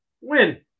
Win